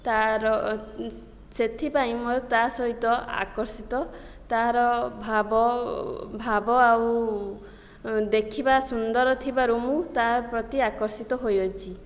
ତା'ର ସେଥିପାଇଁ ମୁଁ ତା'ସହିତ ଆକର୍ଷିତ ତା'ର ଭାବ ଭାବ ଆଉ ଦେଖିବା ସୁନ୍ଦର ଥିବାରୁ ମୁଁ ତା' ପ୍ରତି ଆକର୍ଷିତ ହୋଇଅଛି